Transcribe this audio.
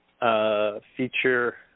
Feature